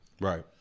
Right